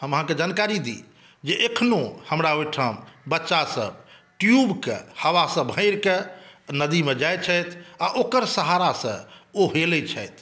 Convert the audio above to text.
हम अहाँके जानकारी दी जे अखनहुँ हमरा ओहिठाम बच्चासभ ट्यूबके हवा भरिक नदीमे जाइ छथि आ ओकर सहारासॅं ओ हेलै छथि